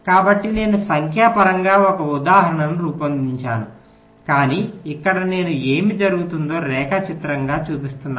కాబట్టి నేను సంఖ్యాపరంగా ఒక ఉదాహరణను రూపొందించాను కాని ఇక్కడ నేను ఏమి జరుగుతుందో రేఖాచిత్రంగా చూపిస్తున్నాను